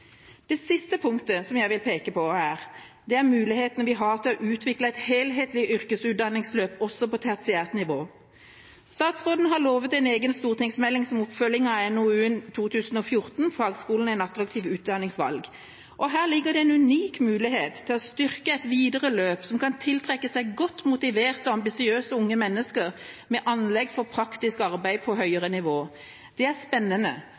Det siste punktet jeg vil peke på, er mulighetene vi nå har til å utvikle et helhetlig yrkesutdanningsløp også på tertiært nivå. Statsråden har lovet en egen stortingsmelding som oppfølging av NOU 2014: 14, Fagskolen – et attraktivt utdanningsvalg. Her ligger en unik mulighet til å styrke et videre løp som kan tiltrekke seg godt motiverte og ambisiøse unge mennesker med anlegg for praktisk arbeid på høyere nivå. Det er spennende.